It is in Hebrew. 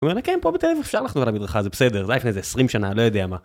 אני אומר לכם, פה בתל אביב אפשר לחנות על המדריכה, זה בסדר, זה היה לפני איזה 20 שנה, לא יודע מה.